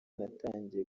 natangiye